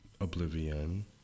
Oblivion